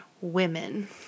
women